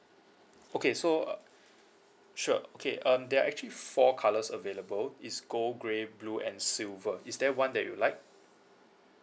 okay so uh sure okay um there are actually four colours available it's cold grey blue and silver is there one that you like